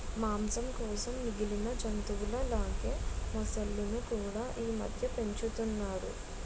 మాంసం కోసం మిగిలిన జంతువుల లాగే మొసళ్ళును కూడా ఈమధ్య పెంచుతున్నారు